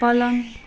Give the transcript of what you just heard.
पलङ